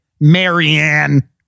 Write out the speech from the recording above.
Marianne